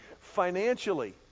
financially